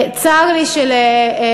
צר לי שלחברי,